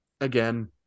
again